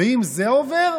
ואם זה עובר,